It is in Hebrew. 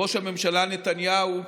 ראש הממשלה נתניהו,